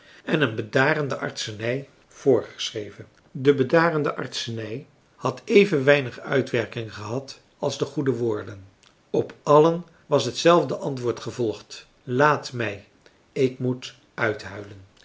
een bedarende artsenij voorgeschreven de bedarende artsenij had even weinig uitwerking gehad als de goede woorden op allen was hetzelfde antwoord gevolgd laat mij ik moet uithuilen